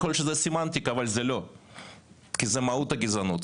אבל זו מהות הגזענות.